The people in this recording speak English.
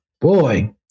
boy